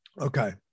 okay